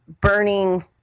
burning